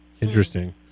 Interesting